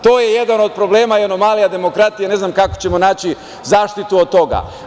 To je jedan do problema i anomalija demokratije, ne znam kako ćemo naći zaštitu od toga.